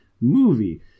movie